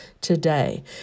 today